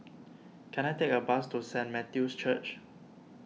can I take a bus to Saint Matthew's Church